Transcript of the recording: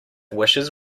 wishes